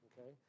okay